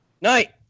night